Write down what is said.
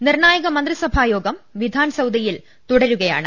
നിർണായക മന്ത്രിസഭായോഗം വിധാൻസൌദയിൽ തുടരുകയാണ്